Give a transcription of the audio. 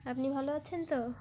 আপনি ভালো আছেন তো